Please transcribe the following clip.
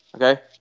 okay